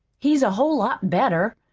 he's a whole lot better.